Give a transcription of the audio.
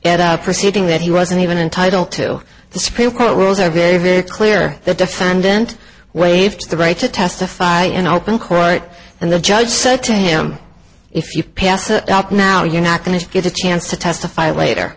out proceeding that he wasn't even entitled to the supreme court rules are very very clear the defendant waived the right to testify in open court and the judge said to him if you pass out now you're not going to get a chance to testify later